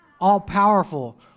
All-powerful